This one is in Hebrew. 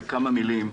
בכמה מילים,